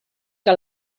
que